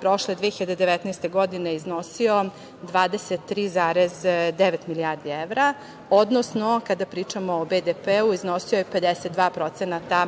prošle 2019. godine iznosio 23,9 milijardi evra, odnosno kada pričamo o BDP iznosio je 52%